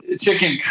chicken